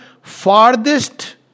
farthest